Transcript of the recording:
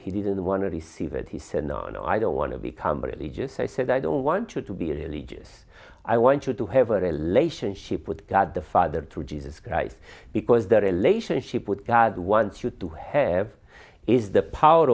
he didn't want to receive it he said no no i don't want to become religious i said i don't want you to be religious i want you to have a relationship with god the father through jesus christ because the relationship with god wants you to have is the power